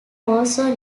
also